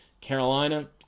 Carolina